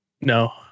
No